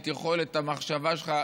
את יכולת המחשבה שלך,